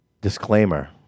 disclaimer